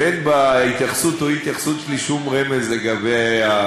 ואין בהתייחסות או באי-התייחסות שלי שום רמז לגבי מה